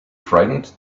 frightened